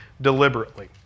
deliberately